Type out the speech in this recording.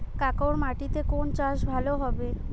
কাঁকর মাটিতে কোন চাষ ভালো হবে?